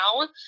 now